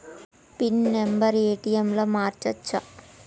Pin number ATM లో మార్చచ్చా?